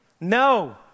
No